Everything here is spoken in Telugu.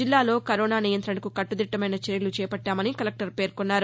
జిల్లాలో కరోనా నియంతణకు కట్టదిట్టమైన చర్యలు చేపట్టామని కలెక్టర్ పేర్కొన్నారు